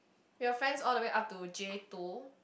your friends all the way up to J two